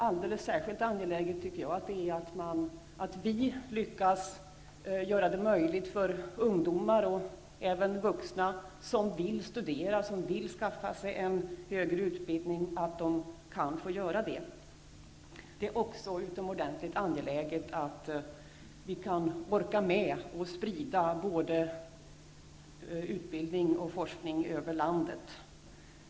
Alldeles särskilt angeläget tycker jag att det är att vi lyckas göra det möjligt för ungdomar och även vuxna som vill studera, som vill skaffa sig en högre utbildning, att göra det. Det är också utomordentligt angeläget att vi orkar med att sprida både utbildning och forskning över landet.